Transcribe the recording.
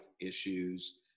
issues